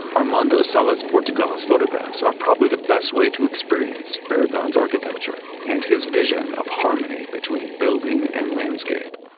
armando salas portugal's photographs are probably the best way to experience barragan's architecture, and his vision of harmony between building and landscape.